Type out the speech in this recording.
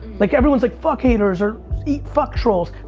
like everyone's like fuck haters or eat, fuck trolls.